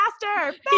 Faster